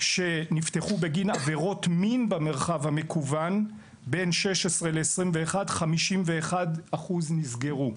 עבירות מין במרחב המקוון 51% נסגרו.